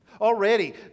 Already